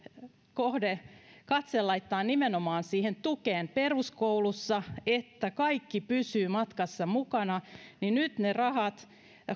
katse laittaa nimenomaan siihen tukeen peruskoulussa että kaikki pysyvät matkassa mukana niin nyt ne rahat